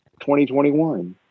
2021